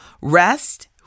Rest